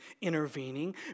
intervening